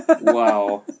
Wow